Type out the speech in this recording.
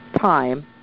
time